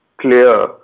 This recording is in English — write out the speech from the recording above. clear